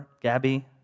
Gabby